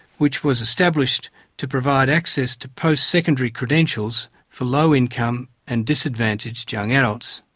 which was established to provide access to postsecondary credentials for low-income and disadvantaged young adult